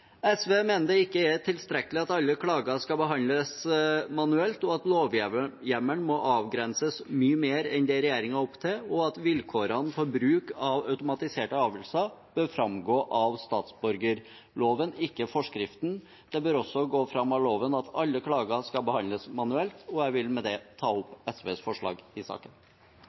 SV mener det ikke er tilstrekkelig at alle klager skal behandles manuelt, at lovhjemmelen må avgrenses mye mer enn det regjeringen legger opp til, og at vilkårene for bruk av automatiserte avgjørelser bør framgå av statsborgerloven, ikke av forskriften. Det bør også gå fram av loven at alle klager skal behandles manuelt. Jeg vil med det ta opp SVs forslag i saken.